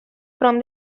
from